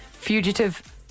Fugitive